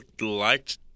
liked